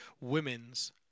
Women's